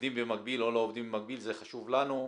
עובדים במקביל או לא עובדים במקביל, זה חשוב לנו.